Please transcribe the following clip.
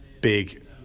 big